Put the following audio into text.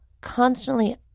constantly